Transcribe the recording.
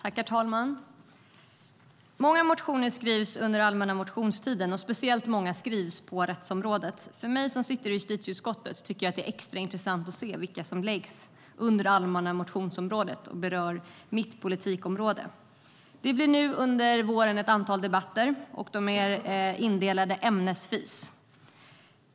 Herr talman! Många motioner skrivs under allmänna motionstiden och speciellt många på rättsområdet. För mig som sitter i justitieutskottet är det extra intressant att se vilka motioner som läggs under allmänna motionstiden som berör mitt politikområde. Det blir nu under våren ett antal debatter, och de är indelade ämnesvis.